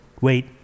Wait